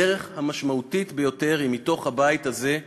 הדרך המשמעותית ביותר היא מתוך הבית הזה,